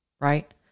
Right